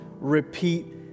repeat